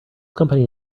company